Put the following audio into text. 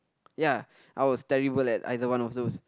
ya I was terrible at either one of those